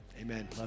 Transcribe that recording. amen